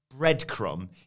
breadcrumb